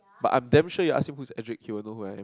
but I'm damn sure you ask him who's Ederick he will know who I am